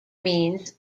means